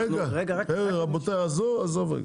רגע, רבותי, רגע, עזוב רגע.